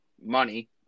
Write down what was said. money